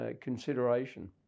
consideration